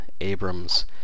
Abrams